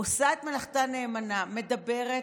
עושה מלאכתה נאמנה, מדברת,